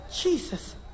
Jesus